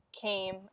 came